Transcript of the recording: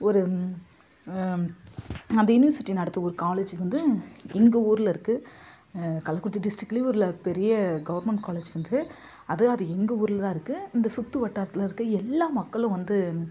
ஒரு அந்த யுனிவர்சிட்டி நடத்தும் ஒரு காலேஜ் வந்து எங்கள் ஊரில் இருக்குது கள்ளக்குறிச்சி டிஸ்டிரிகில் உள்ள பெரிய கவர்மெண்ட் காலேஜ் வந்து அதுவும் அது எங்கள் ஊரில் தான் இருக்குது இந்த சுற்று வட்டாரத்தில் இருக்கற எல்லாம் மக்களும் வந்து